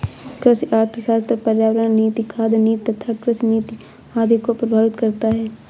कृषि अर्थशास्त्र पर्यावरण नीति, खाद्य नीति तथा कृषि नीति आदि को प्रभावित करता है